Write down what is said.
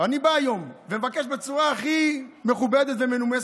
אני בא היום ומבקש בצורה הכי מכובדת ומנומסת,